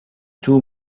two